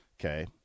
Okay